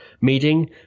meeting